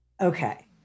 Okay